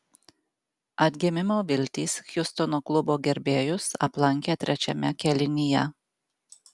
atgimimo viltys hjustono klubo gerbėjus aplankė trečiame kėlinyje